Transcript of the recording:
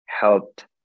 helped